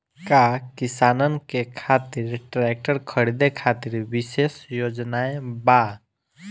का किसानन के खातिर ट्रैक्टर खरीदे खातिर विशेष योजनाएं बा?